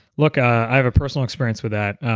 look, i have a personal experience with that.